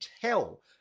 tell